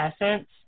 essence